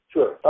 Sure